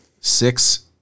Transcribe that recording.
Six